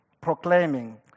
proclaiming